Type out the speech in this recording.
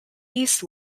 east